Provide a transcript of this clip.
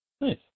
Nice